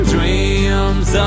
Dreams